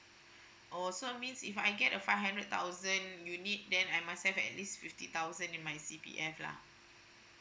oh so means if I get a five hundred thousand you need then I must save at least fifty thousand in my C_P_F lah